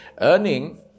Earning